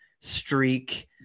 streak